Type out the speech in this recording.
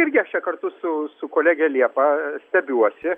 irgi aš čia kartu su su kolege liepa stebiuosi